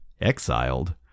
exiled